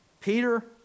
Peter